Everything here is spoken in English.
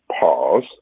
pause